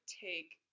take